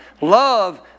Love